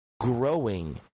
growing